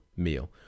meal